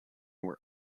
were